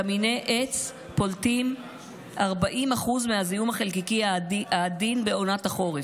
קמיני עץ פולטים 40% מהזיהום החלקיקי העדין בעונת החורף.